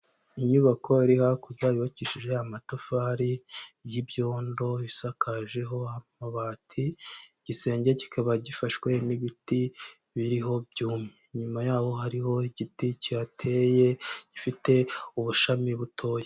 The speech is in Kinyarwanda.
Inyubako iri hakurya yubakishije amatafari y'ibyondo isakajeho amabati, igisenge kikaba gifashwe n'ibiti biriho byumye. Inyuma yaho hariho igiti kihateye gifite ubushami butoya.